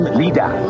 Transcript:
leader